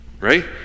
Right